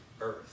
earth